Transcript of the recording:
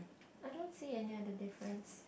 I don't see any other difference